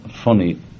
funny